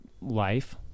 life